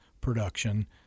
production